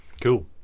Cool